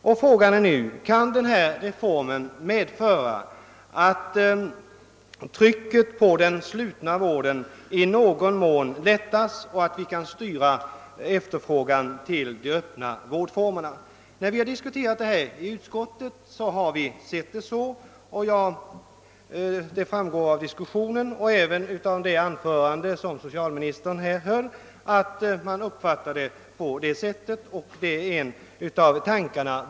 Och nu är frågan: Skall denna reform medföra att trycket på den slutna vården i någon mån lättas och att vi kan styra efterfrågan till de öppna vårdformerna? När vi diskuterat saken i utskottet har vi utgått från att en av tankarna bakom förslaget just är att en styrning av efterfrågan till de öppna vårdformerna skall kunna åstadkommas.